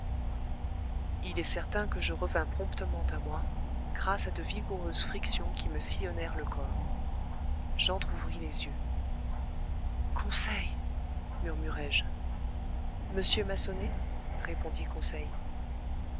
il est certain que je revins promptement à moi grâce à de vigoureuses frictions qui me sillonnèrent le corps j'entr'ouvris les yeux conseil murmurai-je monsieur m'a sonné répondit conseil